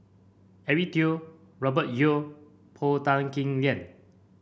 Eric Teo Robert Yeo Paul Tan Kim Liang